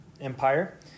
empire